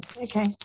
okay